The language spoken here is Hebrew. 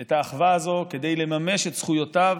את האחווה הזאת, כדי לממש את זכויותיו